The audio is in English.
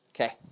Okay